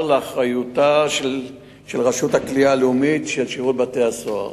לאחריותה של רשות הכליאה הלאומית של שירות בתי-הסוהר.